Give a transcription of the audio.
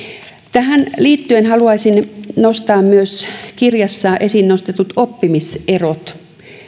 tähän liittyen haluaisin nostaa käsittelyyn myös kirjassa esiin nostetut oppimiserot